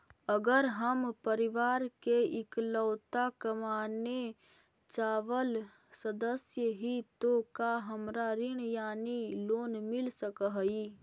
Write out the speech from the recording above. अगर हम परिवार के इकलौता कमाने चावल सदस्य ही तो का हमरा ऋण यानी लोन मिल सक हई?